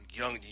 young